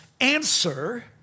answer